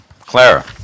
Clara